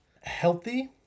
healthy